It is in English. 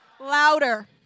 louder